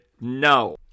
No